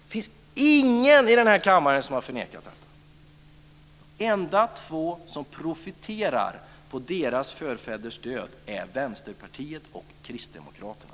Det finns ingen här i kammaren som har förnekat att det skulle varit ett folkmord. De enda två som profiterar på dessa människors förfäders död är Vänsterpartiet och Kristdemokraterna.